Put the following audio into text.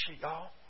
y'all